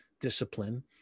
discipline